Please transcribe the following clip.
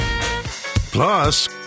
Plus